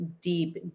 deep